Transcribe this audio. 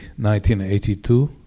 1982